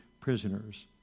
prisoners